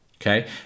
Okay